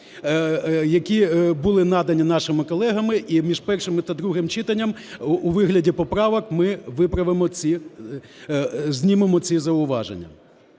які були надані нашими колегами. І між першим та другим читанням у вигляді поправок ми знімемо ці зауваження.